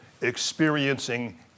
experiencing